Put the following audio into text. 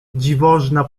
dziwożona